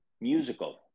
musical